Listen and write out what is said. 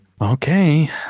Okay